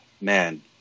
Man